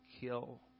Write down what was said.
kill